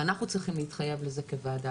ואנחנו צריכים להתחייב לזה כוועדה,